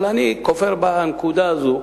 אבל אני כופר בנקודה הזו,